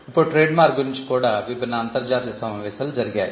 ఇప్పుడు ట్రేడ్మార్క్ గురించి కూడా విభిన్న అంతర్జాతీయ సమావేశాలు జరిగాయి